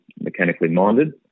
mechanically-minded